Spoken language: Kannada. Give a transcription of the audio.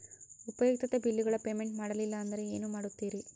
ಉಪಯುಕ್ತತೆ ಬಿಲ್ಲುಗಳ ಪೇಮೆಂಟ್ ಮಾಡಲಿಲ್ಲ ಅಂದರೆ ಏನು ಮಾಡುತ್ತೇರಿ?